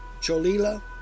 Cholila